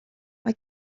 mae